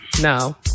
No